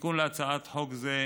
התיקון להצעת חוק זאת